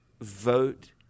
vote